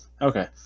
Okay